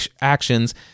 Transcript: actions